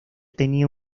tenía